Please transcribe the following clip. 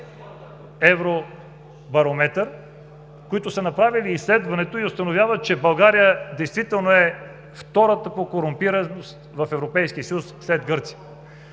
„Евробарометър“, които са направили изследването и установяват, че България действително е втората по корумпираност в Европейския съюз след Гърция.